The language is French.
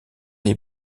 les